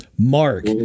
Mark